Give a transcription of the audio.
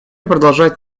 продолжать